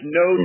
no